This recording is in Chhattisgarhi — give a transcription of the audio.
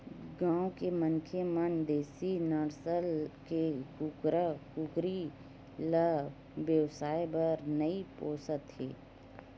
गाँव के मनखे मन देसी नसल के कुकरा कुकरी ल बेवसाय बर नइ पोसत हे